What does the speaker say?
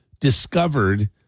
discovered